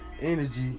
energy